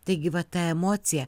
taigi va ta emocija